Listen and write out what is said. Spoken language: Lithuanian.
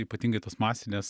ypatingai tos masinės